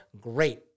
Great